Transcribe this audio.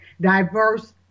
diverse